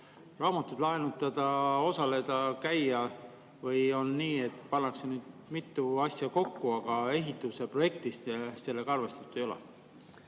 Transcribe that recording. raamatuid laenutada, seal osaleda, käia? Või on nii, et pannakse mitu asja kokku, aga ehitusprojektis sellega arvestatud ei ole?